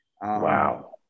Wow